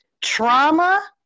trauma